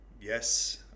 yes